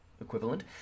equivalent